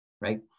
right